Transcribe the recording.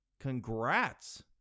congrats